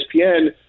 ESPN